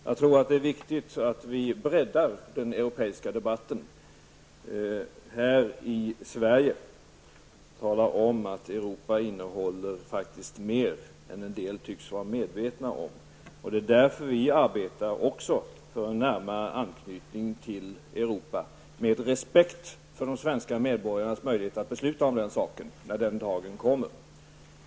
Jag tror det är viktigt att vi breddar den europeiska debatten här i Sverige och talar om att Europa faktiskt innehåller mer än vad en del tycks vara medvetna om. Det är därför som också vi arbetar för en närmare anknytning till Europa med respekt för de svenska medborgarnas möjlighet att besluta om detta när den dagen kommer.